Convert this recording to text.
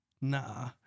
Nah